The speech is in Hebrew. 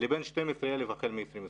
לבין 12,000 ש"ח החל מ-2025,